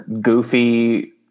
goofy